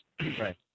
Right